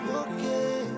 okay